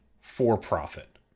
for-profit